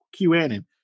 QAnon